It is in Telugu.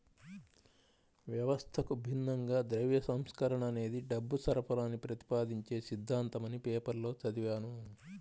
వ్యవస్థకు భిన్నంగా ద్రవ్య సంస్కరణ అనేది డబ్బు సరఫరాని ప్రతిపాదించే సిద్ధాంతమని పేపర్లో చదివాను